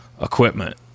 equipment